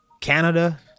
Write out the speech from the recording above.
Canada